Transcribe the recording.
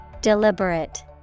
Deliberate